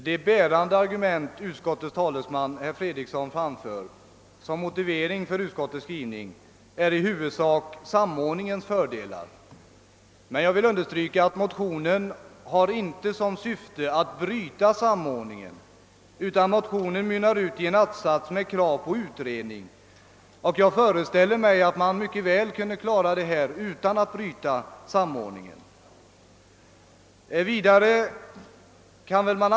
Herr talman! Såsom det bärande argumentet för utskottets skrivning anförde herr Fredriksson samordningens fördelar. Jag vill understryka att motionen inte har till syfte att bryta samordningen, utan motionen mynnar ut i ett krav på utredning. Jag föreställer mig att denna fråga mycket väl skulle kunna lösas utan att samordningen behöver brytas.